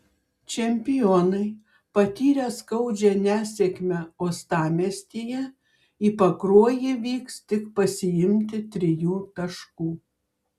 čempionai patyrę skaudžią nesėkmę uostamiestyje į pakruojį vyks tik pasiimti trijų taškų